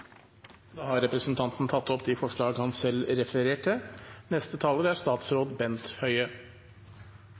Da har representanten Kjersti Toppe tatt opp de forslag hun selv refererte